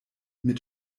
mit